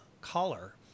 Collar